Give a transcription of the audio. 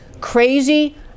crazy